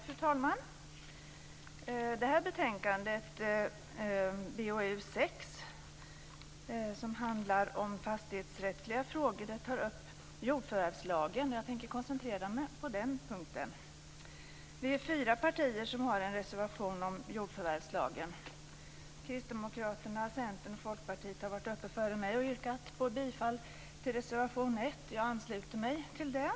Fru talman! Betänkandet BoU6 handlar om fastighetsrättsliga frågor och tar upp jordförvärvslagen. Jag tänker koncentrera mig på den punkten. Det är fyra partier som har en reservation om jordförvärvslagen. Företrädare för Kristdemokraterna, Centern och Folkpartiet har varit uppe i debatten före mig och yrkat på bifall till reservation 1, och jag ansluter mig till det.